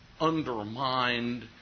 undermined